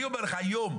אני אומר לך היום,